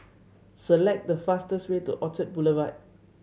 select the fastest way to Orchard Boulevard